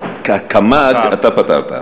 הקמ"ג אתה פתרת,